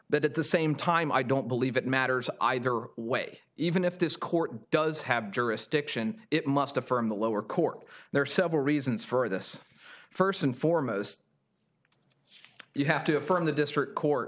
but at the same time i don't believe it matters either way even if this court does have jurisdiction it must affirm the lower court there are several reasons for this first and foremost you have to affirm the district court